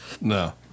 No